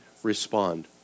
Respond